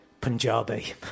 Punjabi